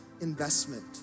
investment